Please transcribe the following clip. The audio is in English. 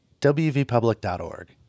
wvpublic.org